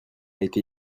été